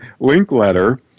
Linkletter